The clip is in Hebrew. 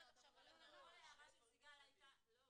כל ההערה של סיגל מרד